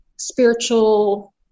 spiritual